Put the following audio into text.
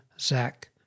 Zach